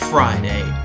Friday